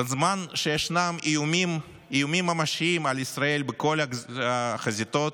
בזמן שישנם איומים ממשיים על ישראל בכל החזיתות,